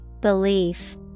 Belief